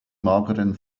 mageren